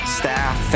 staff